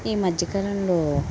ఈ మధ్యకాలంలో